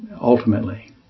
Ultimately